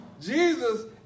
Jesus